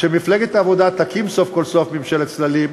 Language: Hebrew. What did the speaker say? כשמפלגת העבודה תקים סוף-כל-סוף ממשלת צללים,